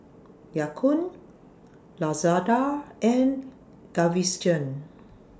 Ya Kun Lazada and Gaviscon